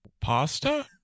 Pasta